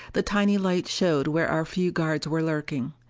the tiny lights showed where our few guards were lurking.